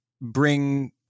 bring